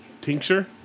tincture